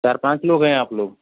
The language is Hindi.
चार पाँच लोग हैं आप लोग